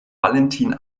valentin